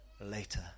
later